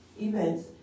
events